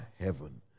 heaven